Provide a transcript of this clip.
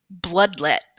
bloodlet